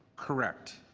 correct.